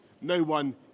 no-one